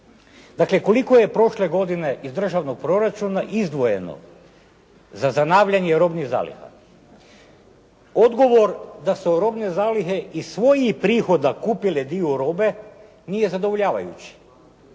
Dakle, koliko je prošle godine iz državnog proračuna izdvojeno za zanavljanje robnih zaliha? Odgovor da se u robne zalihe iz svojih prihoda kupili dio robe nije zadovoljavajući